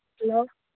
hello